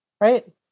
right